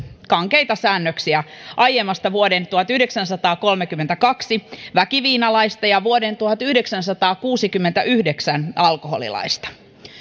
kankeita säännöksiä aiemmasta vuoden tuhatyhdeksänsataakolmekymmentäkaksi väkiviinalaista ja vuoden tuhatyhdeksänsataakuusikymmentäyhdeksän alkoholilaista